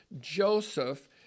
Joseph